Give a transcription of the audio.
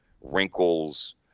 wrinkles